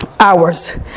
hours